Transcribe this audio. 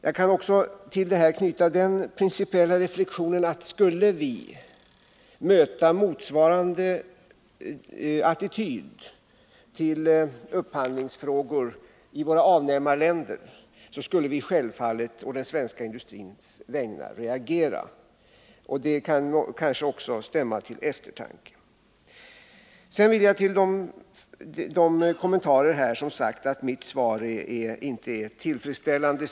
Jag kan också till detta knyta den principiella reflexionen, att skulle vi möta motsvarande attityd till upphandlingsfrågor i våra avnämarländer, skulle vi självfallet på den svenska industrins vägnar reagera. Det kanske också kan stämma till eftertanke. Man har kommenterat mitt svar och sagt att det inte är tillfredsställande.